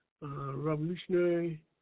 revolutionary